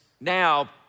now